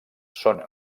són